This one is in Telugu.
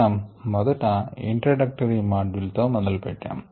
మనము మొదట ఇంట్రడక్టరీ మాడ్యూల్ తో మొదలు పెట్టాము